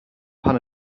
pan